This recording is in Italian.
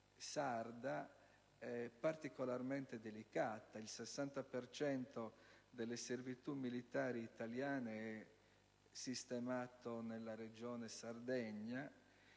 sarda particolarmente delicata. Il 60 per cento delle servitù militari italiane è sistemato nella Regione Sardegna